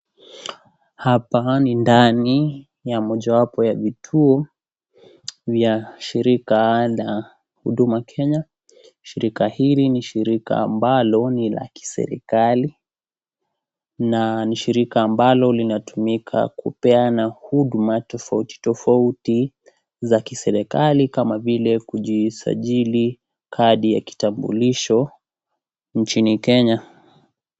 Hapa ni ndani ya mojawapo ya vituo vya shirika la huduma Kenya. Shirika hili ni shirika ambalo ni la kiserikali na ni shirika ambalo linatumika kupeana huduma tofauti tofauti za kiserikali kama vile kujisajili kadi ya kitambulisho nchini Kenya.